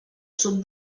sud